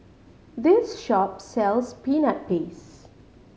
this shop sells Peanut Paste